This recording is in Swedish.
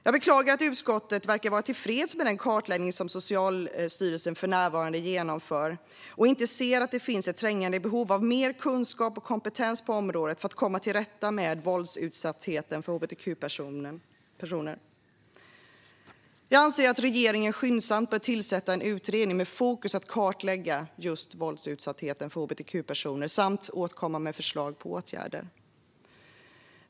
Jag beklagar att utskottet verkar vara tillfreds med den kartläggning som Socialstyrelsen för närvarande genomför och inte ser att det finns ett trängande behov av mer kunskap och kompetens på området för att komma till rätta med våldsutsattheten för hbtq-personer. Jag anser att regeringen skyndsamt bör tillsätta en utredning med fokus på att kartlägga våldsutsattheten för hbtq-personer samt återkomma med förslag på åtgärder.